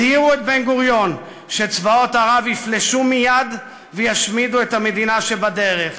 הזהירו את בן-גוריון שצבאות ערב יפלשו מייד וישמידו את המדינה שבדרך,